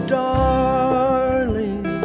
darling